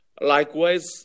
Likewise